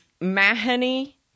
Mahoney